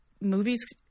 movies